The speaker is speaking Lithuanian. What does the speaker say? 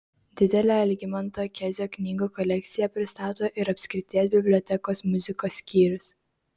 didelę algimanto kezio knygų kolekciją pristato ir apskrities bibliotekos muzikos skyrius